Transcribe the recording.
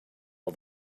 all